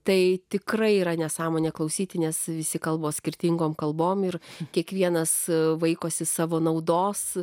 tai tikrai yra nesąmonė klausyti nes visi kalbos skirtingom kalbom ir kiekvienas vaikosi savo naudos